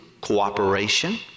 cooperation